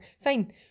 fine